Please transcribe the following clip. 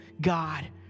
God